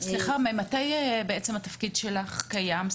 ממתי התפקיד שלך קיים?